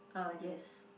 uh yes